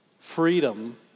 Freedom